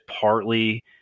partly